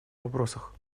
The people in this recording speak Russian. вопросах